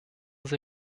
sie